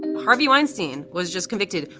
harvey weinstein was just convicted.